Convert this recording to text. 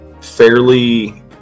fairly